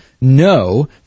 no